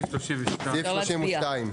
נצביע על סעיף 32. מי בעד?